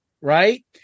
Right